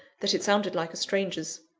that it sounded like a stranger's.